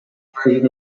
version